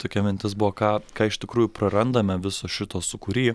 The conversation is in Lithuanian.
tokia mintis buvo ką ką iš tikrųjų prarandame viso šito sūkury